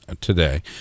today